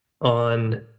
on